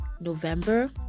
November